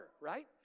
right